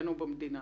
אצלנו במדינה.